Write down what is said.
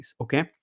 okay